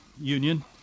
Union